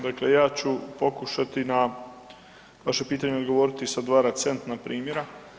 Dakle, ja ću pokušati na vaše pitanje odgovoriti sa dva recentna primjera.